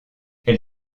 elle